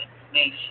information